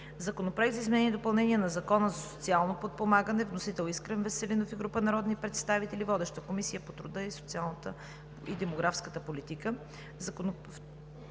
Законопроект за изменение и допълнение на Закона за социално подпомагане. Вносители: Искрен Веселинов и група народни представители. Водеща е Комисията по труда, социалната и демографската политика.